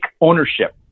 ownership